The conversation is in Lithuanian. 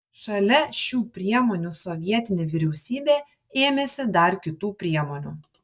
šalia šių priemonių sovietinė vyriausybė ėmėsi dar kitų priemonių